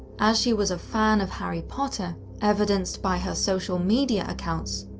as she was a fan of harry potter, evidenced by her social media accounts,